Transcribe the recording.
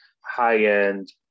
high-end